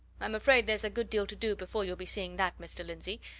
i'm afraid there's a good deal to do before you'll be seeing that, mr. lindsey,